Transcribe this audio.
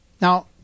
Now